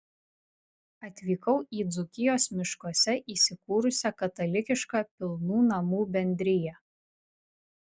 atvykau į dzūkijos miškuose įsikūrusią katalikišką pilnų namų bendriją